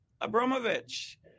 Abramovich